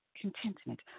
contentment